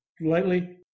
lightly